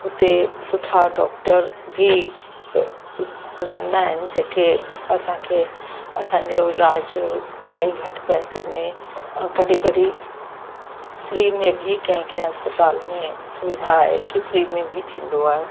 हुते सुठा डॉक्टर बि रहंदा आहिनि जेके असांखे असांजो इलाजु इलाही घटि पैसे में कॾहिं कॾहिं फ़्री में बि कंहिं कंहिं अस्पताल में सुविधा आहे कि फ़्री में बि थींदो आहे